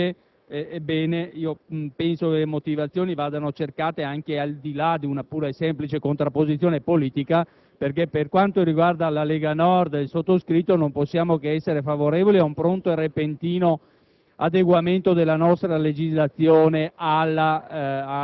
dato il vaglio positivo al decreto-legge, ebbene penso che le motivazioni vadano cercate anche al di là di una pura e semplice contrapposizione politica: per quanto riguarda la Lega Nord e il sottoscritto infatti non possiamo che essere favorevoli ad un pronto e repentino